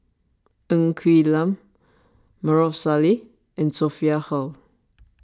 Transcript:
Ng Quee Lam Maarof Salleh and Sophia Hull